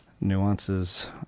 nuances